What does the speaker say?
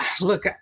look